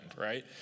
Right